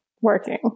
working